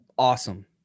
awesome